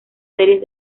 series